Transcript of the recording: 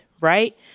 right